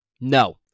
No